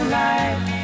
light